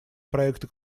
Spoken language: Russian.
проекта